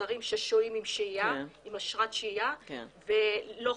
הזרים ששוהים כאן עשרה מול עובדים לא חוקיים.